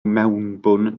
mewnbwn